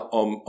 om